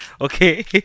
Okay